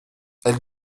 elle